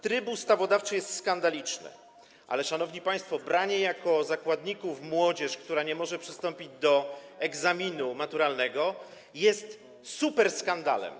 Tryb ustawodawczy jest skandaliczny, ale, szanowni państwo, branie jako zakładników młodzieży, która nie może przystąpić do egzaminu maturalnego, jest superskandalem.